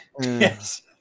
yes